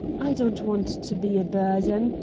i don't want to be a burden,